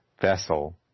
vessel